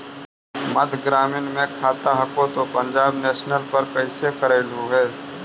मध्य ग्रामीण मे खाता हको तौ पंजाब नेशनल पर कैसे करैलहो हे?